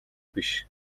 биш